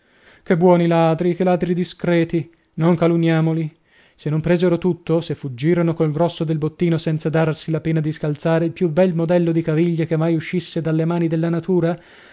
che buoni ladri che ladri discreti non calunniamoli se non presero tutto se fuggirono col grosso del bottino senza darsi la pena di scalzare il più bel modello di caviglia che mai uscisse dalle mani della natura